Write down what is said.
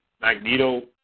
Magneto